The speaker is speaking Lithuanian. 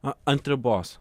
ant ribos